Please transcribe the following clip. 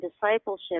discipleship